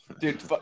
Dude